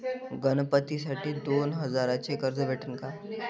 गणपतीसाठी दोन हजाराचे कर्ज भेटन का?